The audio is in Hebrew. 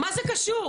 מה זה קשור?